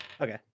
Okay